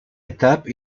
étape